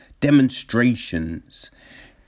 demonstrations